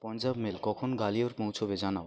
Punjab Mail কখন গোয়ালিয়র পৌঁছোবে জানাও